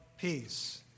peace